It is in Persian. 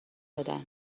دادن